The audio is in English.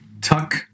tuck